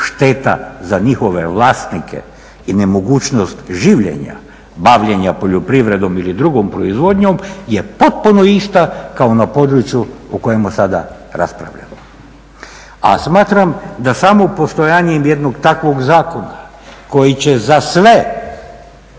šteta za njihove vlasnike i nemogućnost življenja, bavljenja poljoprivredom ili drugom proizvodnjom je potpuno ista kao na području o kojemu sada raspravljamo. A smatram da samo postojanjem jednog takvog zakona koji će za sve